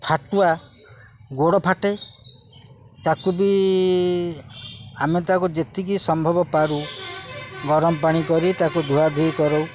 ଫାଟୁଆ ଗୋଡ଼ ଫାଟେ ତା'କୁ ବି ଆମେ ତା'କୁ ଯେତିକି ସମ୍ଭବ ପାରୁ ଗରମ ପାଣି କରି ତା'କୁ ଧୁଆଧୁଇ କରଉ